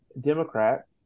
Democrat